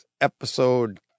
episode